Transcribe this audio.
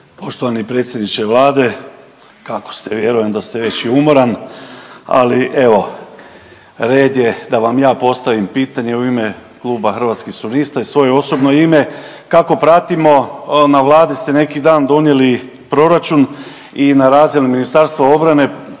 Poštovani predsjedniče vlade, kako ste? Vjerujem da ste već i umoran, ali evo red je da vam ja postavim pitanje u ime kluba Hrvatskih suverenista i svoje osobno ime. Kako pratimo na vladi ste neki dan donijeli proračun i na razini Ministarstva obrane